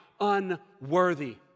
unworthy